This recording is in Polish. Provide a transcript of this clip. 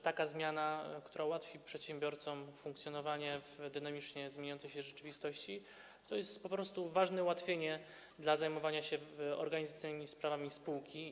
Taka zmiana, która ułatwi przedsiębiorcom funkcjonowanie w dynamicznie zmieniającej się rzeczywistości, to jest ważne ułatwienie dla zajmowania się organizacyjnymi sprawami spółki.